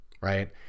right